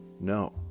no